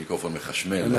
המיקרופון מחשמל.